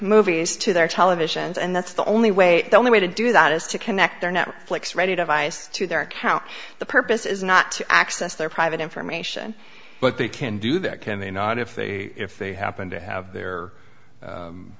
movies to their televisions and that's the only way the only way to do that is to connect their net flix ready device to their account the purpose is not to access their private information but they can do that can they not if they if they happen to have their